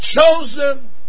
chosen